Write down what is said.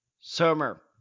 summer